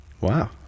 Wow